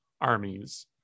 armies